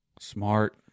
Smart